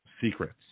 secrets